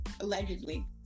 Allegedly